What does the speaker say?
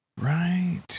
Right